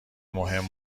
مهم